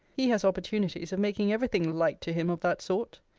he has opportunities of making every thing light to him of that sort.